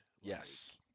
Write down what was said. Yes